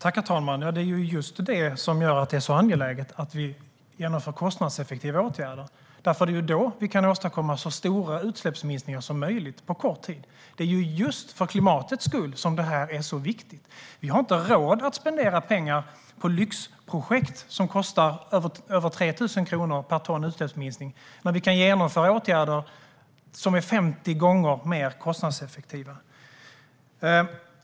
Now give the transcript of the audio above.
Herr talman! Det är just därför som det är så angeläget att vi genomför kostnadseffektiva åtgärder. Det är ju då som vi kan åstadkomma så stora utsläppsminskningar som möjligt på kort tid. Det är ju just för klimatets skull som detta är så viktigt. Vi har inte råd att spendera pengar på lyxprojekt som kostar över 3 000 kronor per ton utsläppsminskning när vi kan genomföra åtgärder som är 50 gånger mer kostnadseffektiva.